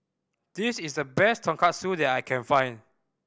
this is the best Tonkatsu that I can find